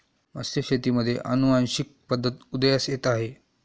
मत्स्यशेतीमध्ये अनुवांशिक पद्धत उदयास येत आहे